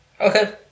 Okay